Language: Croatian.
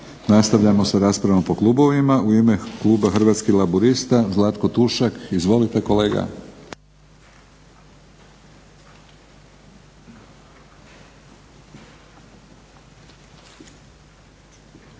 Nastavljamo sa raspravom po klubovima. U ime kluba Hrvatskih laburista, Zlatko Tušak. Izvolite kolega. **Tušak, Zlatko